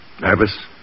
Nervous